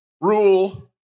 rule